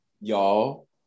Y'all